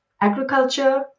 agriculture